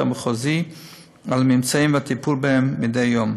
המחוזי על הממצאים והטיפול בהם מדי יום,